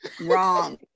Wrong